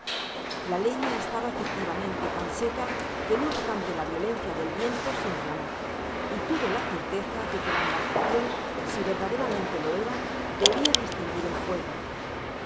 la leña estaba efectivamente tan seca que no obstante laviolencia de viento se inflamó y tuve la certeza de que la embarcacion si verdaderamente lo era debia distinguir el fuego sin